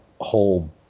whole